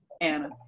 Anna